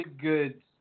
good